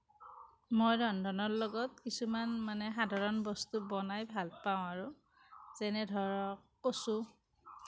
মই ৰন্ধনৰ লগত কিছুমান মানে সাধাৰণ বস্তু বনাই ভাল পাওঁ আৰু যেনে ধৰক কচু